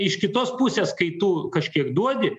iš kitos pusės kai tu kažkiek duodi